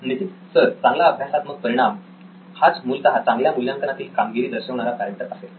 Nitin sir चांगला अभ्यासात्मक परिणाम हाच मूलतः आपल्या मूल्यांकनातील कामगिरी दर्शवणारा पॅरामिटर असेल